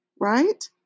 right